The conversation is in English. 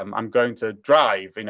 um i'm going to drive. and